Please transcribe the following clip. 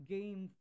Game